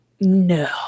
No